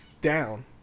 down